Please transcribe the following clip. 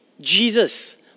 Jesus